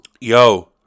yo